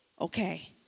okay